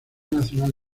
nacional